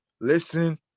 listen